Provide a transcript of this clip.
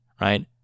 right